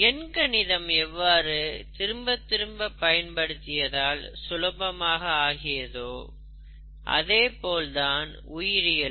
என் கணிதம் எவ்வாறு திரும்பத் திரும்ப பயன்படுத்தியதால் சுலபமாக ஆகியதோ அதேபோல்தான் உயிரியலும்